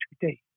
today